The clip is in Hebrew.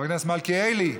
60 חברי כנסת הצביעו בעד,